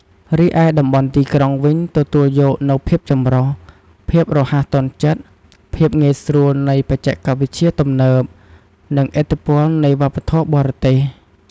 រីឯតំបន់ទីក្រុងវិញ ទទួលយកនូវភាពចម្រុះ ភាពរហ័សទាន់ចិត្ត ភាពងាយស្រួលនៃបច្ចេកវិទ្យាទំនើប និងឥទ្ធិពលនៃវប្បធម៌បរទេស។